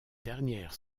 dernières